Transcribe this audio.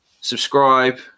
subscribe